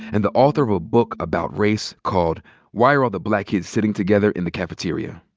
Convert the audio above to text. and the author of a book about race called why are all the black kids sitting together in the cafeteria?